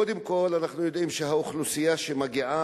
קודם כול, אנחנו יודעים שהאוכלוסייה שמגיעה